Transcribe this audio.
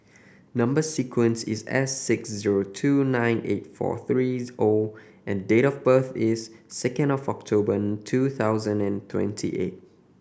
number sequence is S six zero two nine eight four three O and date of birth is second of October two thousand and twenty eight